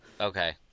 okay